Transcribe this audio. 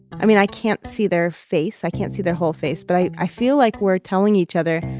i mean, i can't see their face. i can't see their whole face. but i i feel like we're telling each other,